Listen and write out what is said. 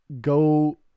go